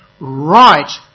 right